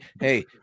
hey